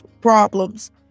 problems